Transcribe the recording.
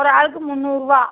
ஒரு ஆளுக்கு முந்நூறுபா